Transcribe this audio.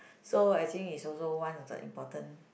so I think it's also one of the important